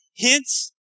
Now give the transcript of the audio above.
Hence